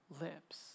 lips